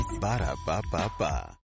Ba-da-ba-ba-ba